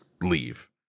leave